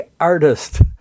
artist